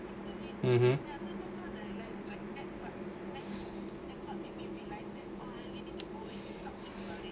(uh huh)